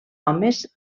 homes